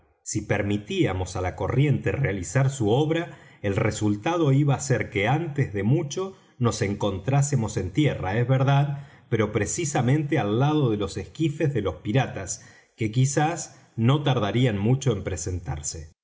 si permitíamos á la corriente realizar su obra el resultado iba á ser que antes de mucho nos encontrásemos en tierra es verdad pero precisamente al lado de los esquifes de los piratas que quizás no tardarían mucho en presentarse